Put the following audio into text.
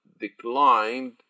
declined